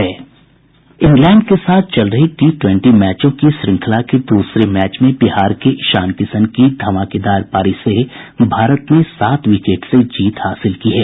England के साथ चल रही टी ट्वेंटी मैचों की श्रृंखला के दूसरे मैच में बिहार के ईशान किशन की धमाकेदार पारी से भारत ने सात विकेट से जीत हासिल की है